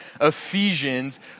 Ephesians